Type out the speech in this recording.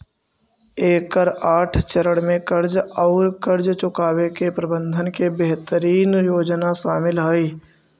एकर आठ चरण में कर्ज औउर कर्ज चुकावे के प्रबंधन के बेहतरीन योजना शामिल हई